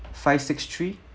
five six three